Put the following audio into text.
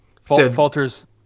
Falter's